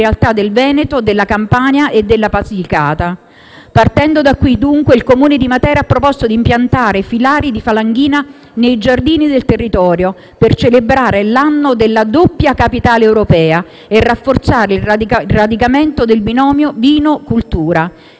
del Veneto, della Campania e della Basilicata. Partendo da qui, dunque, il Comune di Matera ha proposto di impiantare filari di falanghina nei giardini del territorio per celebrare l'anno della doppia capitale europea e rafforzare il radicamento del binomio vino-cultura.